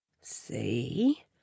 See